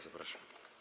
Zapraszam.